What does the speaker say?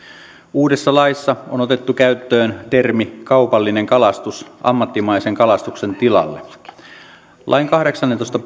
uudessa laissa on otettu käyttöön termi kaupallinen kalastus ammattimaisen kalastuksen tilalle neljännen pykälän kahdeksannentoista